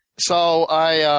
so i ah